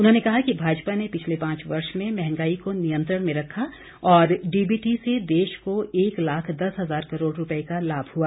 उन्होंने कहा कि भाजपा ने पिछले पांच वर्षो में महंगाई को नियंत्रण में रखा और डीबीटी से देश को एक लाख दस हजार करोड़ रुपए का लाभ हुआ